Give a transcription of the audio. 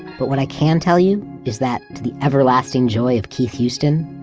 but what i can tell you is that to the everlasting joy of keith houston,